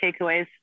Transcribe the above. takeaways